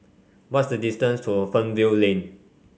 what's the distance to Fernvale Lane